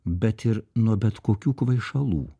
bet ir nuo bet kokių kvaišalų